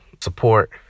support